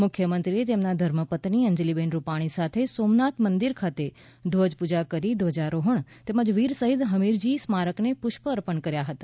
મુખ્યમંત્રીએ તેમના ધર્મપત્ની અંજલીબેન રૂપાણી સાથે સોમનાથ મંદિર ખાતે ધ્વજાપુજા કરીને ધ્વજારોહણ તેમજ વીર શહીદ હમીરજી સ્મારકને પુષ્પ અર્પણ કર્યા હતા